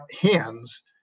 hands